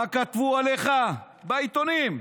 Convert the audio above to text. מה כתבו עליך בעיתונים?